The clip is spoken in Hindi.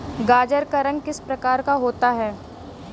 गाजर का रंग किस प्रकार का होता है?